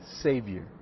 Savior